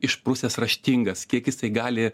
išprusęs raštingas kiek jisai gali